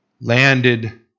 landed